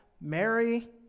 Mary